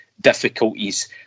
difficulties